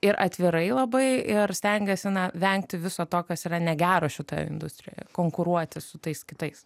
ir atvirai labai ir stengiasi vengti viso to kas yra negero šitoje industrijoje konkuruoti su tais kitais